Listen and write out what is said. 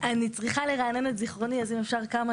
אני צריכה לרענן את זכרוני, אז אם אפשר רגע כמה